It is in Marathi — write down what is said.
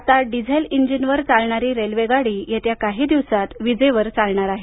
आता डिझेल इंजिनवर चालणारी रेल्वे गाडी येत्या काही दिवसात विजेवर चालणार आहे